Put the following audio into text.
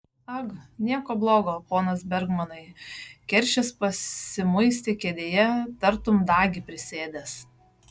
ag nieko blogo ponas bergmanai keršis pasimuistė kėdėje tartum dagį prisėdęs